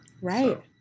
Right